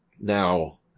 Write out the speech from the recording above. Now